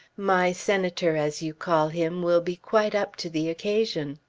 my senator as you call him will be quite up to the occasion.